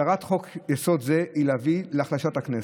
מטרת חוק-יסוד זה היא להביא להחלשת הכנסת,